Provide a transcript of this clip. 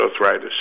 arthritis